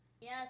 Yes